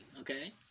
okay